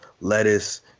lettuce